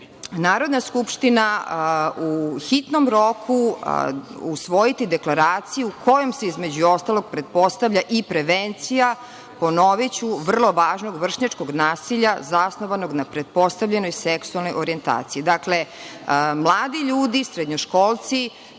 Narodna skupština u hitnom roku usvojiti deklaraciju kojom se između ostalog pretpostavlja i prevencija, ponoviću, vrlo važnog vršnjačkog nasilja zasnovanog na pretpostavljenoj seksualnoj orijentaciji. Dakle, mladi ljudi, srednjoškolci